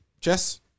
Chess